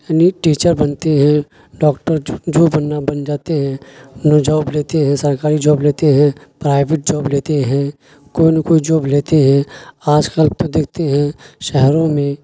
یعنی ٹیچر بنتے ہیں ڈاکٹر جو جو بننا بن جاتے ہیں انہوں جاب لیتے ہیں سرکاری جاب لیتے ہیں پرائیویٹ جاب لیتے ہیں کوئی نہ کوئی جاب لیتے ہیں آج کل تو دیکھتے ہیں شہروں میں